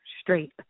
straight